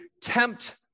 tempt